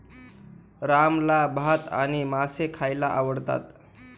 रामला भात आणि मासे खायला आवडतात